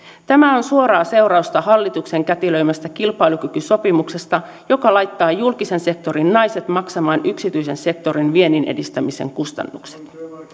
tämä on suoraa seurausta hallituksen kätilöimästä kilpailukykysopimuksesta joka laittaa julkisen sektorin naiset maksamaan yksityisen sektorin vienninedistämisen kustannukset